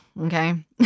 okay